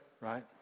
Right